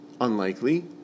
Unlikely